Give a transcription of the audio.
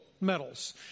medals